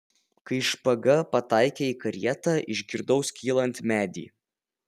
kai špaga pataikė į karietą išgirdau skylant medį